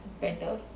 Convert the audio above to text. better